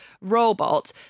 robot